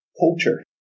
culture